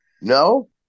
No